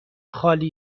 خالی